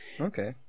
Okay